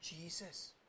Jesus